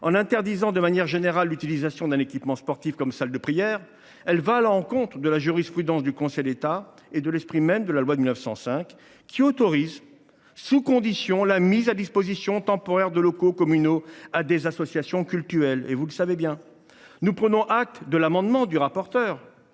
En interdisant de manière générale l’utilisation d’un équipement sportif comme salle de prière, il va à l’encontre de la jurisprudence du Conseil d’État et de l’esprit même de la loi de 1905, qui autorisent sous condition la mise à disposition temporaire de locaux communaux à des associations cultuelles. Vous le savez bien. Nous prenons acte de l’amendement de M. le rapporteur